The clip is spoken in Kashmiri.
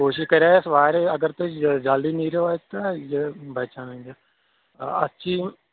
کوٗشِش کَریے اَسہِ واریاہ زِ اَگر تُہۍ جلدی نیٖرِیو اَتہِ نا تہٕ یہِ بَچہٕ ہَن اَتھ چھِ یِم